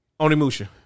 Onimusha